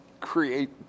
create